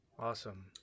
Awesome